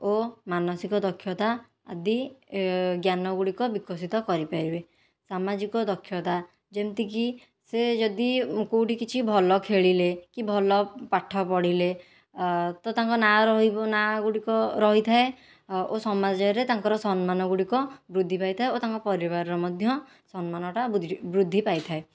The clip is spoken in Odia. ଓ ମାନସିକ ଦକ୍ଷତା ଆଦି ଜ୍ଞାନ ଗୁଡ଼ିକ ବିକଶିତ କରିପାରିବେ ସାମାଜିକ ଦକ୍ଷତା ଯେମିତି କି ସେ ଯଦି କେଉଁଠି କିଛି ଭଲ ଖେଳିଲେ କି ଭଲ ପାଠ ପଢ଼ିଲେ ତ ତାଙ୍କ ନାଁ ରହିବ ନା ଗୁଡ଼ିକ ରହିଥାଏ ଓ ସମାଜରେ ତାଙ୍କର ସମ୍ମାନ ଗୁଡ଼ିକ ବୃଦ୍ଧି ପାଇଥାଏ ଓ ତାଙ୍କ ପରିବାରର ମଧ୍ୟ ସମ୍ମାନଟା ବୃଦ୍ଧି ପାଇଥାଏ